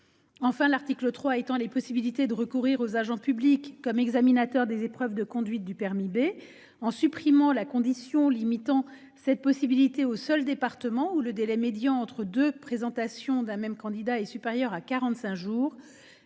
Enfin, l'article 3 étend les possibilités de recourir aux agents publics comme examinateurs des épreuves de conduite du permis B, en supprimant la condition limitant cette possibilité aux seuls départements où le délai médian entre deux présentations d'un même candidat est supérieur à